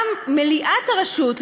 גם מליאת הרשות,